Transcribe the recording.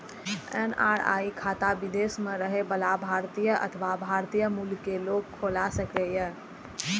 NRI खाता विदेश मे रहै बला भारतीय अथवा भारतीय मूल के लोग खोला सकैए